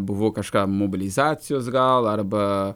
buvo kažkam mobilizacijos gal arba